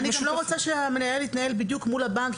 אני לא רוצה שהמנהל יתנהל בדיוק מול הבנק,